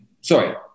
sorry